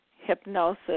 hypnosis